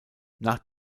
nach